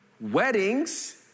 Weddings